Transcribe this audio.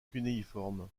cunéiforme